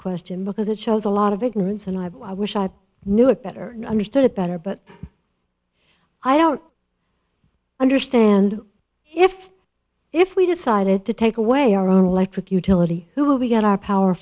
question because it shows a lot of ignorance and i wish i knew it better understood it better but i don't understand if if we decided to take away our own electric utility who we got our power